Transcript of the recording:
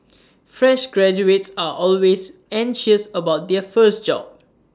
fresh graduates are always anxious about their first job